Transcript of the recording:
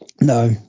No